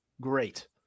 great